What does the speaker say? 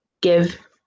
give